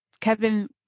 kevin